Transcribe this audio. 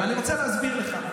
ואני רוצה להסביר לך.